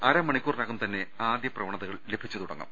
അരമണിക്കൂറിനകം തന്നെ ആദ്യ പ്രവണതകൾ ലഭിച്ചു തുടങ്ങും